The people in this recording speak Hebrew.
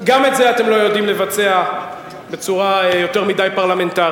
גם את זה אתם לא יודעים לבצע בצורה יותר מדי פרלמנטרית,